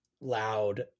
loud